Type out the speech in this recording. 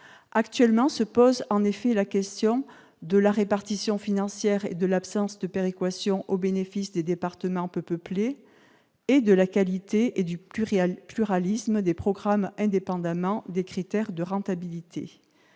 Actuellement se pose en effet la double question de la répartition financière et de l'absence de péréquation au bénéfice des départements peu peuplés, ainsi que de la qualité et du pluralisme des programmes indépendamment des critères de rentabilité.